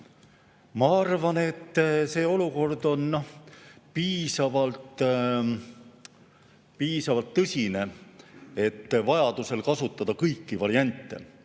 Ma arvan, et see olukord on piisavalt tõsine, et vajaduse korral kasutada kõiki variante.